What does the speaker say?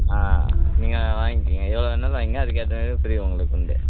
ஆ நீங்கள் வாங்கிகிங்க எவ்வளோ வேண்ணாலும் வாங்கிகிங்க அதுக்கு ஏற்ற மாரி ஃப்ரீ உங்களுக்கு உண்டு